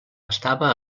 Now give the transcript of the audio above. estava